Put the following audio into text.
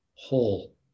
whole